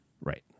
Right